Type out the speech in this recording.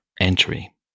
entry